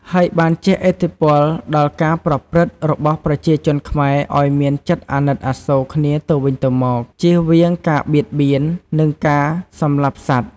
ហើយបានជះឥទ្ធិពលដល់ការប្រព្រឹត្តរបស់ប្រជាជនខ្មែរឱ្យមានចិត្តអាណិតអាសូរគ្នាទៅវិញទៅមក ចៀសវាងការបៀតបៀន និងការសម្លាប់សត្វ។